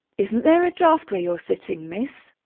isn't there a draught where you are sitting, miss?